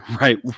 right